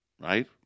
right